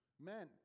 Men